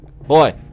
boy